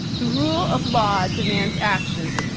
the rule of law demands action.